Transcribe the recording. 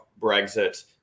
Brexit